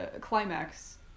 climax